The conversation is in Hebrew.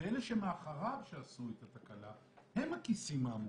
ואלה שאחריו שעשו את התקלה הם הכיסים העמוקים.